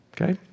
Okay